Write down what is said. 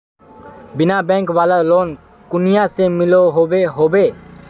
बिना बैंक वाला लोन कुनियाँ से मिलोहो होबे?